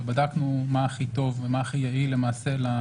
ובדקנו מה הכי טוב ומה הכי יעיל לעצור